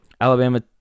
Alabama